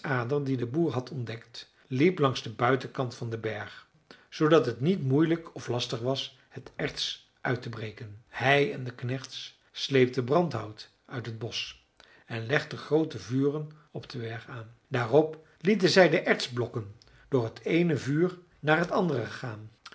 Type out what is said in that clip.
die de boer had ontdekt liep langs den buitenkant van den berg zoodat het niet moeilijk of lastig was het erts uit te breken hij en de knechts sleepten brandhout uit het bosch en legden groote vuren op den berg aan daarop lieten zij de ertsblokken door het eene vuur na het andere gaan